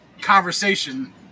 conversation